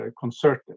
concerted